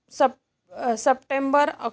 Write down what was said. सप् September अक्